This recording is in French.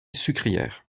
sucrière